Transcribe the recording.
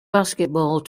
basketball